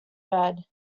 bed